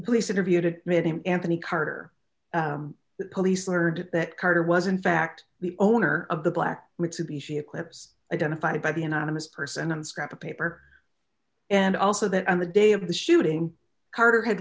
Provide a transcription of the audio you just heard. police interviewed it made him anthony carter the police learned that carter was in fact the owner of the black which to be she eclipse identified by the anonymous person on scrap of paper and also that on the day of the shooting carter had